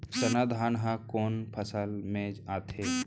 सरना धान ह कोन फसल में आथे?